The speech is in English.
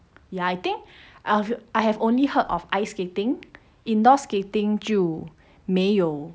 ya I think I've I've only heard of ice skating indoor skating 就没有